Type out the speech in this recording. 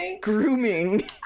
grooming